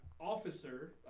officer